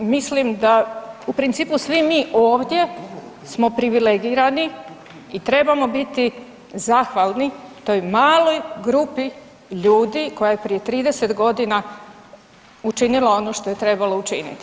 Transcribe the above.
Mislim da, u principu svi mi ovdje smo privilegirani i trebamo biti zahvalni toj maloj grupi ljudi koja je prije 30 godina učinila ono što je trebalo učiniti.